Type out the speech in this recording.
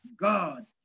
God